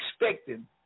expecting